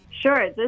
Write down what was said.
sure